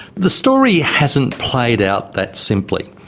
the story hasn't played out that simply.